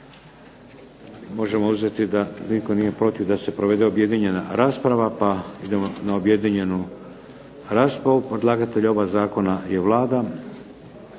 Možemo uzeti u obzir da nitko nije protiv da se provede objedinjena rasprava pa idemo na objedinjenu raspravu. Predlagatelj oba zakona je Vlada.